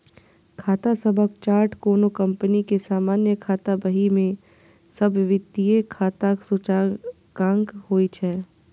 खाता सभक चार्ट कोनो कंपनी के सामान्य खाता बही मे सब वित्तीय खाताक सूचकांक होइ छै